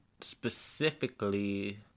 specifically